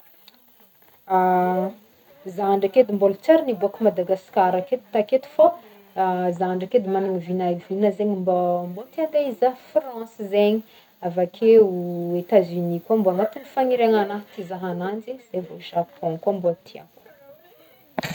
Za ndraiky edy mbola tsy ary niboaka Madagasikara aketo- taketo fô za ndraiky edy magnagna vinavina zegny edy mbô te ande hizaha France zegny, avy akeo Etats unis koa mbô agnatign'ny faniriagnan'agnahy tia hizaha agnanjy zay vô Japon mbô tiako.